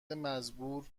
مزبور